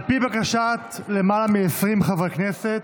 על פי בקשת למעלה מ-20 חברי כנסת,